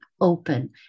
open